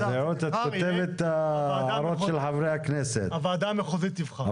הארצית תבחר יהיה הוועדה המחוזית תבחר.